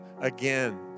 again